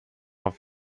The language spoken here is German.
auf